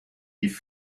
die